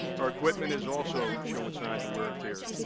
our equipment is also showing signs of wear and tear. you